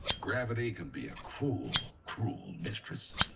gravity can be a cruel, cruel mistress.